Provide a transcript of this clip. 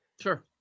Sure